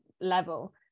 level